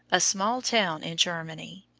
a small town in germany.